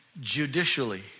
Judicially